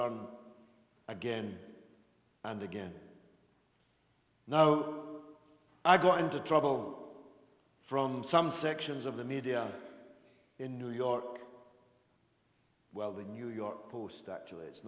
return again and again now i got into trouble from some sections of the media in new york well the new york